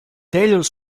taylor